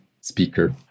speaker